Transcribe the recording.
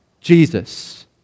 Jesus